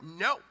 no